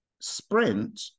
sprint